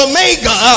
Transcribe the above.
Omega